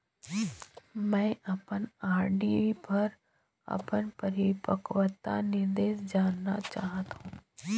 मैं अपन आर.डी पर अपन परिपक्वता निर्देश जानना चाहत हों